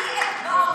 למסד את המאוויים,